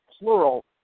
plural